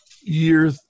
year